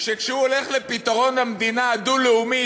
שכשהוא הולך לפתרון המדינה הדו-לאומית,